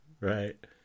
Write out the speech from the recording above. Right